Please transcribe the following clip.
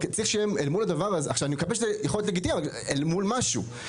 זה יכול להיות לגיטימי, אבל אל מול משהו?